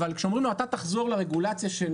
אבל כשאומרים לו שהוא יחזור לרגולציה של